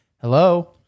hello